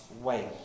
wait